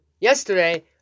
yesterday